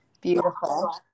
beautiful